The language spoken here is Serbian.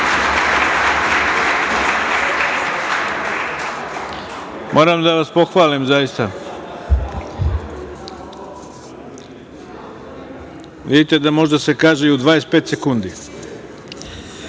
Moram da vas pohvalim, zaista. Vidite da može da se kaže i u 25 sekundi. Na